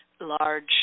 large